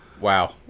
Wow